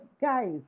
guys